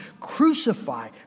crucify